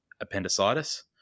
appendicitis